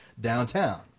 downtown